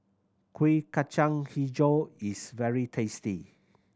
Kuih Kacang Hijau is very tasty